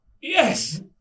Yes